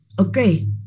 Okay